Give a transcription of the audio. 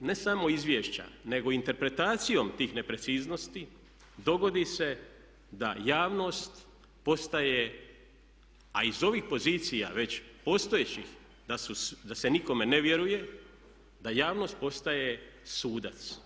ne samo izvješća nego interpretacijom tih nepreciznosti dogodi se da javnost postaje a iz ovih pozicija već postojećih da se nikome ne vjeruje, da javnost postaje sudac.